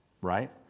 Right